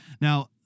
Now